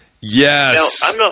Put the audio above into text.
Yes